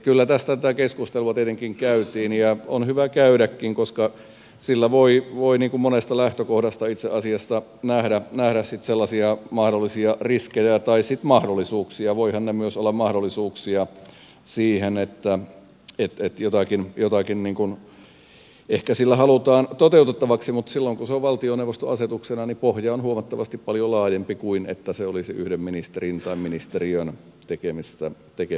kyllä tästä tätä keskustelua tietenkin käytiin ja on hyvä käydäkin koska sillä voi monesta lähtökohdasta itse asiassa nähdä sellaisia mahdollisia riskejä tai sitten mahdollisuuksia voivathan ne myös olla mahdollisuuksia siihen että jotakin ehkä sillä halutaan toteutettavaksi mutta silloin kun se on valtioneuvoston asetuksena pohja on huomattavasti paljon laajempi kuin jos se olisi yhden ministerin tai ministeriön tekemä asetus